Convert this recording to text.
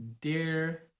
Dear